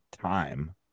time